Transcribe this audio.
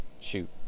Shoot